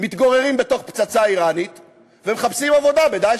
מתגוררים בתוך פצצה איראנית ומחפשים עבודה ב"דאעש",